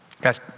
Guys